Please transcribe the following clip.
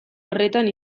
horretan